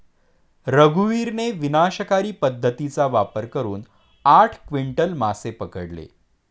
रघुवीरने विनाशकारी पद्धतीचा वापर करून आठ क्विंटल मासे पकडले